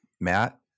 Matt